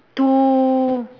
two